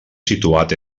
situat